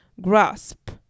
grasp